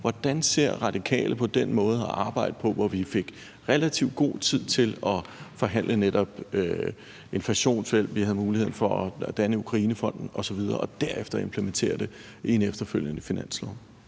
hvordan ser Radikale på den måde at arbejde på, hvor vi fik relativt god tid til at forhandle netop inflationshjælp og vi havde muligheden for at danne Ukrainefonden osv. og derefter implementere det i en efterfølgende finanslov?